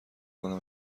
کنم